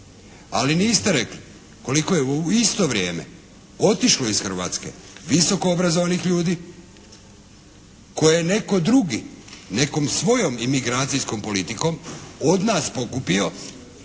ali niste rekli koliko je u isto vrijeme otišlo iz Hrvatske visokoobrazovanih ljudi koje je netko drugi nekom svojom imigracijskom politikom od nas pokupio